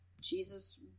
Jesus